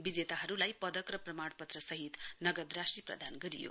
विजेताहरुलाई पदक र प्रमाणपत्र सहित नगदराशि प्रदान गरियो